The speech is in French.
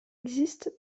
existent